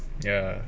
ya